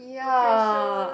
okay sure